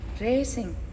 racing